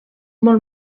molt